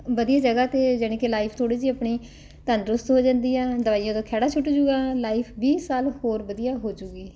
ਵਧੀਆ ਜਗ੍ਹਾ 'ਤੇ ਯਾਨੀ ਕਿ ਲਾਈਫ ਥੋੜ੍ਹੀ ਜਿਹੀ ਆਪਣੀ ਤੰਦਰੁਸਤ ਹੋ ਜਾਂਦੀ ਆ ਦਵਾਈਆਂ ਤੋਂ ਖਹਿੜਾ ਛੁੱਟ ਜਾਊਗਾ ਲਾਈਫ ਵੀਹ ਸਾਲ ਹੋਰ ਵਧੀਆ ਹੋ ਜਾਊਗੀ